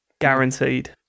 guaranteed